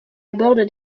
aborde